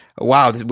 wow